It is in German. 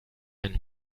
ein